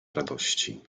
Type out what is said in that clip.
radości